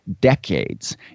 decades